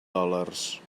dòlars